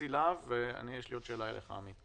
נשיא לה"ב, ויש לי עוד שאלה אליך, עמית.